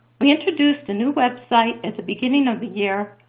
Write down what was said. we introduced a new website at the beginning of the year,